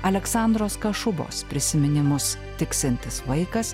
aleksandros kašubos prisiminimus tiksintis vaikas